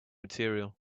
material